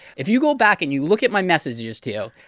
if you go back and you look at my messages to you,